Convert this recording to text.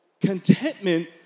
Contentment